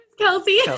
Kelsey